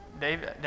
David